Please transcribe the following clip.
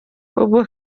ubwo